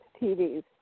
TVs